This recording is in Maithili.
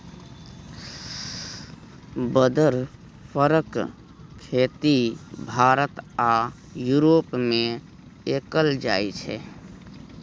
बदर फरक खेती भारत आ युरोप मे कएल जाइ छै